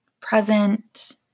Present